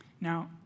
Now